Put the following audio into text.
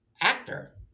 actor